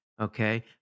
okay